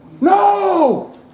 No